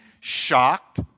shocked